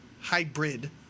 hybrid